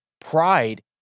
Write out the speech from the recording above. pride